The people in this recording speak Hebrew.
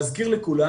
להזכיר לכולם,